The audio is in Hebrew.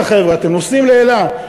ידריכו את החבר'ה: אתם נוסעים לאילת,